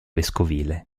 vescovile